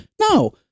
No